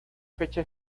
fecha